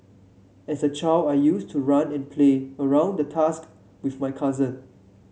as a child I used to run and play around the tusk with my cousins